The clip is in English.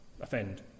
offend